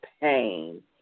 pain